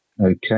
Okay